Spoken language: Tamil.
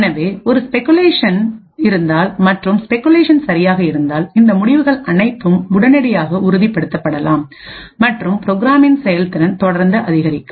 எனவே ஒரு ஸ்பெகுலேஷன் இருந்தால் மற்றும் ஸ்பெகுலேஷன் சரியாக இருந்தால் இந்த முடிவுகள் அனைத்தும் உடனடியாக உறுதிப் படுத்தப்படலாம் மற்றும் ப்ரோக்ராமின் செயல்திறன் தொடர்ந்து அதிகரிக்கும்